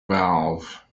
valve